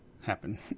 Happen